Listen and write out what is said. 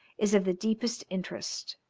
is of the deepest interest,